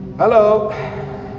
hello